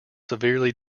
severely